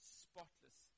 spotless